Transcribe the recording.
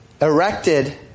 Erected